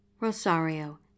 Rosario